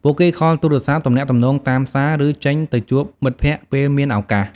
ពួកគេខលទូរសព្ទ ទំនាក់ទំនងតាមសារ ឬចេញទៅជួបមិត្តភក្តិពេលមានឱកាស។